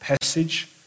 passage